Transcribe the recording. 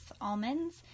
almonds